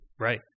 Right